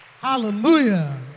Hallelujah